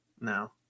No